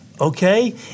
Okay